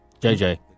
JJ